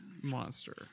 monster